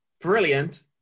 brilliant